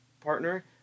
partner